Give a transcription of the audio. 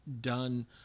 done